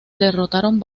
derrotaron